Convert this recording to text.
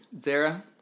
Zara